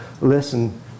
listen